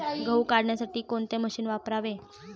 गहू काढण्यासाठी कोणते मशीन वापरावे?